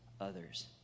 others